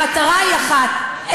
המטרה היא אחת,